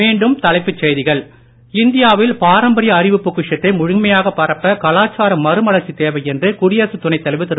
மீண்டும் தலைப்புச் செய்திகள் இந்தியாவில் பாரம்பரிய அறிவுப் பொக்கிஷத்தை முழுமையாக பரப்ப கலாச்சார மறுமலர்ச்சி தேவை என்று குடியரசுத் துணைத் தலைவர் திரு